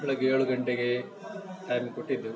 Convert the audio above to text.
ಬೆಳಿಗ್ಗೆ ಏಳು ಗಂಟೆಗೆ ಟೈಮ್ ಕೊಟ್ಟಿದ್ದೆವು